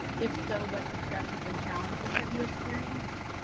if so, what successes and challenges have you experienced?